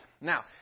Now